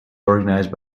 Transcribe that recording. organized